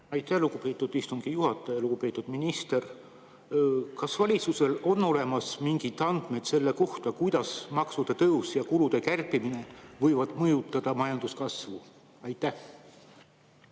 Aitäh, lugupeetud istungi juhataja! Lugupeetud minister! Kas valitsusel on olemas mingid andmed selle kohta, kuidas maksude tõus ja kulude kärpimine võivad mõjutada majanduskasvu? Aitäh,